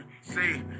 See